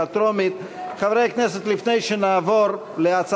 נא להצביע.